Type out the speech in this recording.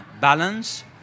balance